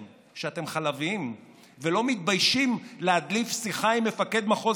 שאתם חלביים ולא מתביישים להדליף שיחה עם מפקד מחוז